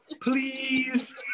please